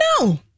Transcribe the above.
no